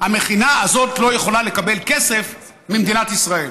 המכינה הזאת לא יכולה לקבל כסף ממדינת ישראל.